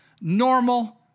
normal